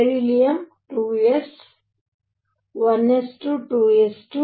beryllium 2s 1 s 2 2 s 2